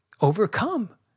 overcome